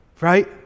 right